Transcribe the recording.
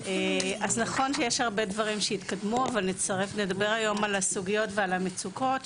אז נכון שיש הרבה דברים שהתקדמו אבל נדבר היום על הסוגיות ועל המצוקות,